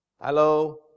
Hello